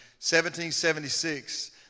1776